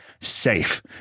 safe